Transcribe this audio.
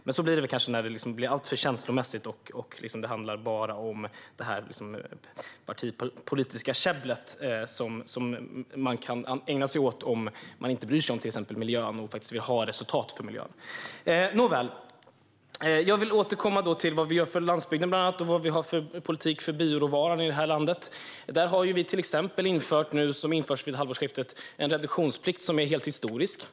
Men så blir det kanske när det blir alltför känslomässigt och bara handlar om det partipolitiska käbbel som man kan ägna sig åt om man inte bryr sig om exempelvis miljön och vill ha resultat för miljön. Nåväl! Jag vill återkomma bland annat till vad vi gör för landsbygden och vad vi har för politik för bioråvara i det här landet. Vi har till exempel sett till att det vid halvårsskiftet införs en reduktionsplikt som är helt historisk.